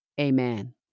Amen